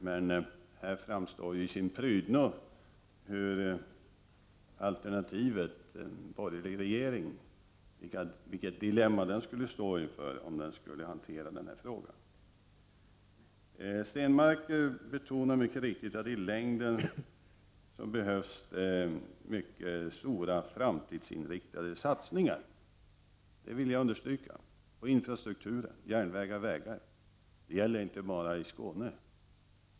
Men här visas tydligt att alternativet, en borgerlig regering, skulle ha ett stort dilemma när det gäller att hantera denna fråga. Per Stenmarck betonade mycket riktigt att det i längden behövs mycket stora framtidsinriktade satsningar på infrastrukturen, järnvägar och vägar. Det vill jag understryka. Det gäller inte bara i Skåne.